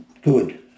good